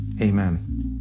Amen